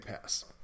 pass